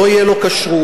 אין לו כשרות,